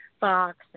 Fox